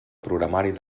programari